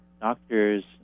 doctors